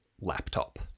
laptop